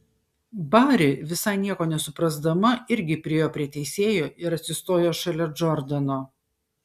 bari visai nieko nesuprasdama irgi priėjo prie teisėjo ir atsistojo šalia džordano